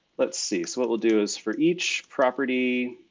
let's see. so what we'll do is for each property